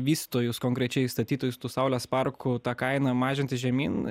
vystytojus konkrečiai statytojus tų saulės parkų tą kainą mažinti žemyn